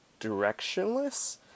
directionless